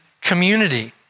community